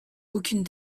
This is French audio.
aucune